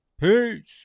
Peace